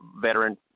veteran